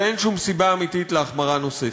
ואין שום סיבה אמיתית להחמרה נוספת.